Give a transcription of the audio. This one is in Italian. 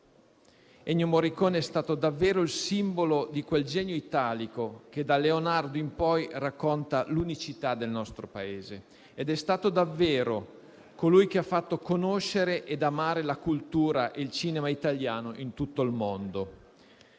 grandi musicisti del '900 e simbolo di quel genio italico che, da Leonardo in poi, racconta l'unicità del nostro Paese; è stato davvero colui che ha fatto conoscere ed amare la cultura e il cinema italiano in tutto il mondo.